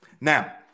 Now